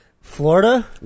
Florida